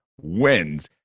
wins